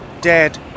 dead